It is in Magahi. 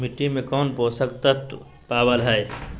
मिट्टी में कौन से पोषक तत्व पावय हैय?